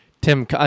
Tim